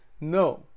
No